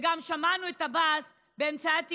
וגם שמענו את עבאס באמצעי התקשורת.